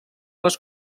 les